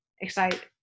excite